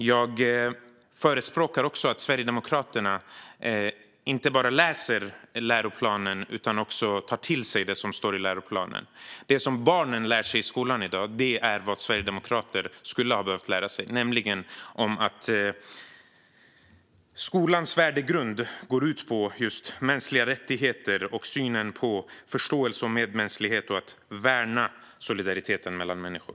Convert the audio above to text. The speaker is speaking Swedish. Jag förespråkar att Sverigedemokraterna inte bara läser läroplanen utan också tar till sig det som står i läroplanen. Det som barnen lär sig i skolan i dag är vad sverigedemokrater skulle ha behövt lära sig, nämligen att skolans värdegrund går ut på mänskliga rättigheter, förståelse och medmänsklighet. Det handlar om att värna solidariteten mellan människor.